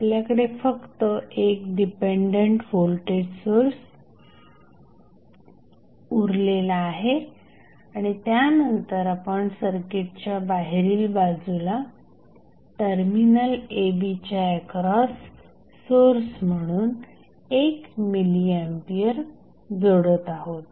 आपल्याकडे फक्त एक डिपेंडंट व्होल्टेज सोर्स उरलेला आहे आणि त्यानंतर आपण सर्किटच्या बाहेरील बाजूला टर्मिनल a b च्या एक्रॉस सोर्स म्हणून 1 मिली एंपियर जोडत आहोत